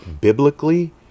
biblically